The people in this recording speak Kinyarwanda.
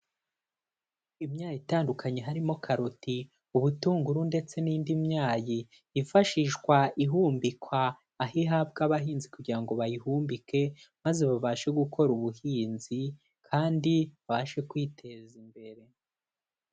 Imyayi itandukanye harimo karoti, ubutunguru ndetse n'indi myayi yifashishwa ihumbikwa, aho ihabwa abahinzi kugira ngo bayihumbike maze babashe gukora ubuhinzi kandi babashe kwiteza imbere.